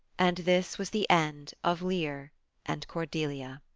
and this was the end of lear and cordelia.